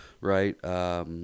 right